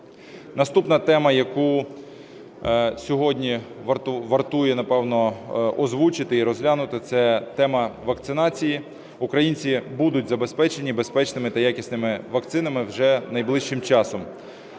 Наступна тема, яку сьогодні вартує, напевно, озвучити і розглянути, це тема вакцинації. Українці будуть забезпечені безпечними та якісними вакцинами вже найближчим часом.